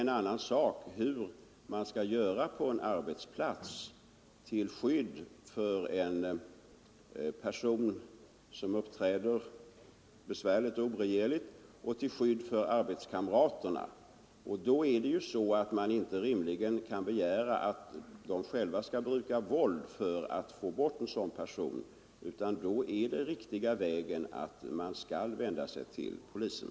En annan fråga är hur man på en arbetsplats skall handla till skydd för en person som uppträder besvärligt och oregerligt och till skydd för arbetskamraterna. Man kan inte rimligen begära att arbetskamraterna själva skall bruka våld för att få bort en sådan person, utan då är den riktiga vägen att vända sig till polisen.